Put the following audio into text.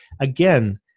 Again